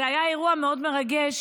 זה היה אירוע מאוד מרגש,